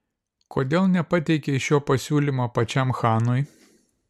kodėl nepateikei šio pasiūlymo pačiam chanui